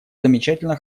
замечательно